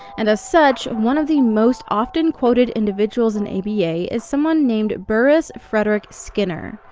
and as such, one of the most often quoted individuals in aba is someone named burrhus frederic skinner.